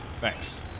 Thanks